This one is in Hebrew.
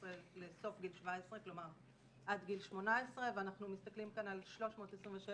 לסוף גיל 17. כלומר עד גיל 18. ואנחנו מסתכלים כאן על 326